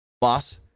Boss